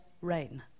rain